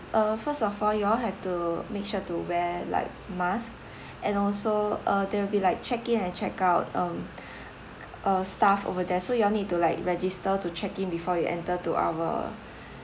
uh first of all you all have to make sure to wear like mask and also uh there will be like check in and check out um uh staff over there so you all need to like register to check in before you enter to our